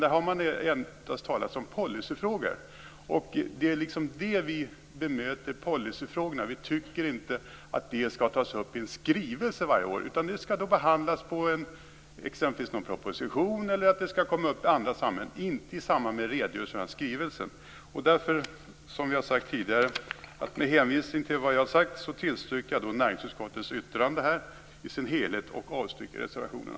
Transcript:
Där har det endast talats om policyfrågor. Det är policyfrågorna som vi bemöter. Vi tycker inte att det skall tas upp i en skrivelse varje år. Det skall behandlas i exempelvis en proposition eller i andra sammanhang, men inte i samband med redogörelsen av skrivelsen. Med hänvisning till vad jag har sagt yrkar jag bifall till näringsutskottets hemställan i sin helhet och avslag på reservationerna.